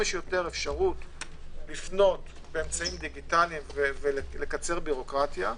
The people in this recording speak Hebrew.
שיותר אפשרות לפנות באמצעים דיגיטליים ולקצר בירוקרטיה.